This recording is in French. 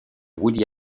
woody